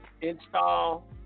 install